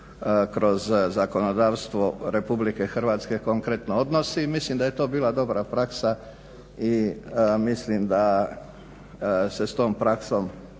kroz zakonodavstvo Republike Hrvatske konkretno odnosi. I mislim da je to bila dobra praksa i mislim da se s tom praksom